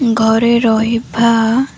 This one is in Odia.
ଘରେ ରହିବା